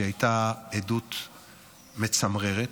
שהייתה עדות מצמררת.